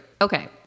Okay